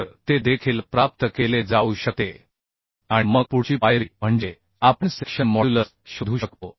तर ते देखील प्राप्त केले जाऊ शकते आणि मग पुढची पायरी म्हणजे आपण सेक्शन मॉड्युलस शोधू शकतो